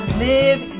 live